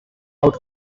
out